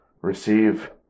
receive